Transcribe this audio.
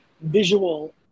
visual